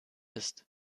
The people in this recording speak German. ist